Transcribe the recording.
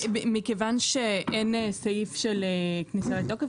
מכיוון שאין סעיף של כניסה לתוקף,